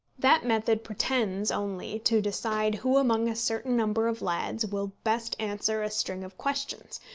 that method pretends only to decide who among a certain number of lads will best answer a string of questions,